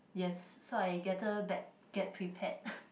yes so I better get prepared